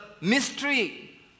mystery